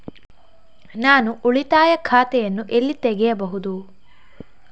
ನಾನು ಉಳಿತಾಯ ಖಾತೆಯನ್ನು ಎಲ್ಲಿ ತೆಗೆಯಬಹುದು?